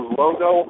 logo